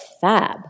FAB